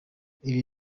ibi